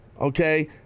okay